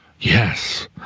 Yes